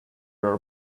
your